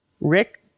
Rick